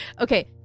okay